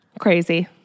Crazy